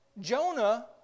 Jonah